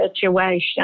situation